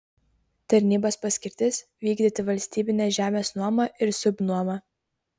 tarnybos paskirtis vykdyti valstybinės žemės nuomą ir subnuomą